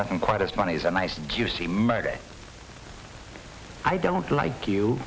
nothing quite as funny as a nice juicy market i don't like you